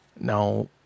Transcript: now